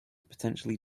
potentially